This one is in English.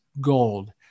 gold